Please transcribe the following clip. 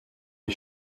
des